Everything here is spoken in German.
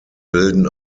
bilden